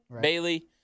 Bailey